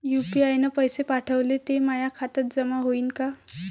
UPI न पैसे पाठवले, ते माया खात्यात जमा होईन का?